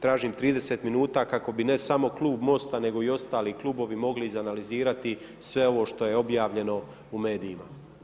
Tražim 30 minuta kako bi, ne samo klub MOST-a, nego i ostali klubovi mogli izanalizirati sve ovo što je objavljeno u medijima.